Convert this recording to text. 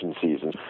season